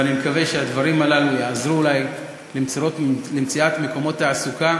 ואני מקווה שהדברים הללו יעזרו במציאת מקומות תעסוקה,